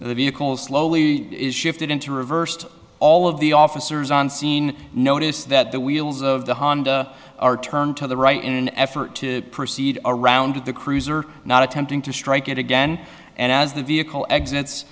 the vehicles slowly is shifted into reversed all of the officers on scene notice that the wheels of the honda are turned to the right in an effort to proceed around the cruiser not attempting to strike it again and as the vehicle exits